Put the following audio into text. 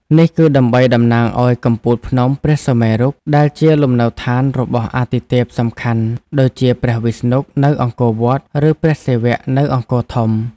នេះគឺដើម្បីតំណាងឱ្យកំពូលភ្នំព្រះសុមេរុ ដែលជាលំនៅដ្ឋានរបស់អាទិទេពសំខាន់ ដូចជាព្រះវិស្ណុនៅអង្គរវត្ត ឬព្រះសិវៈនៅអង្គរធំ។